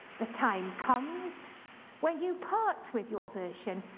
the time comes when you part with your version,